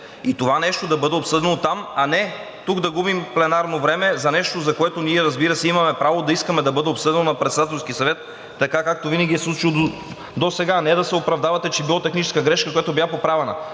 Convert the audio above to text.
и това нещо да бъде обсъдено там, а не тук да губим пленарно време за нещо, за което ние, разбира се, имаме право да искаме да бъде обсъдено на Председателски съвет, така както винаги се е случвало досега, а не да се оправдавате, че било техническа грешка, която била поправена.